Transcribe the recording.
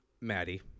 Maddie